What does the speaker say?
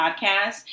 podcast